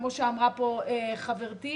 כמו שאמרה פה חברתי,